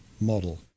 model